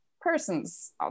persons